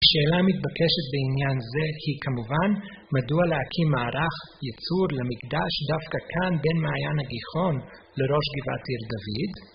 השאלה המתבקשת בעניין זה היא כמובן, מדוע להקים מערך ייצור למקדש דווקא כאן בין מעיין הגיחון לראש גבעת עיר דוד?